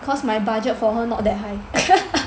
cause my budget for her not that high